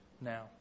now